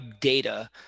data